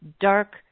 Dark